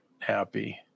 happy